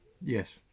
Yes